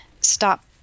stop